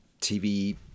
TV